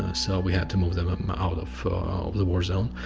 ah so we had to move them out of the war zone.